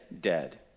dead